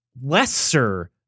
lesser